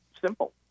simple